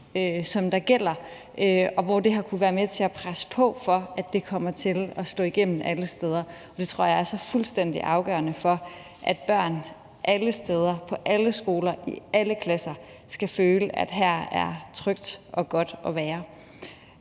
som der gælder, så det har kunnet være med til at presse på for, at det kommer til at slå igennem alle steder. Det tror jeg er så fuldstændig afgørende for, at børn alle steder, på alle skoler, i alle klasser kan føle, at her er trygt og godt at være.